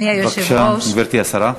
בבקשה, גברתי השרה.